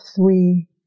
three